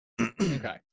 Okay